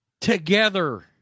Together